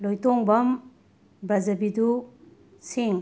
Loitongbam Brajabidhu Singh